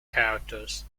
characters